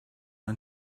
and